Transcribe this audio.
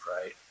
right